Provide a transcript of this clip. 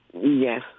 Yes